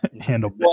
handle